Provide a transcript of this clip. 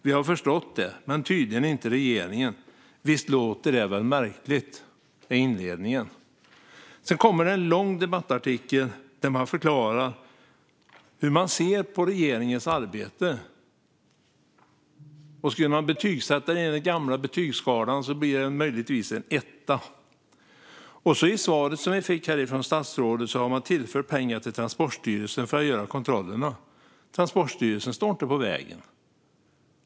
Vi har förstått det men tydligen inte regeringen. Visst låter det väl märkligt?" Detta är inledningen. Sedan kommer en lång debattartikel där man förklarar hur man ser på regeringens arbete. Skulle man betygsätta det enligt den gamla skalan blir det möjligtvis en etta. I statsrådets svar får vi veta att man har tillfört pengar till Transportstyrelsen för att göra kontrollerna. Men Transportstyrelsen står inte på vägen.